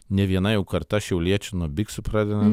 ne viena jau karta šiauliečių nuo biksų pradeda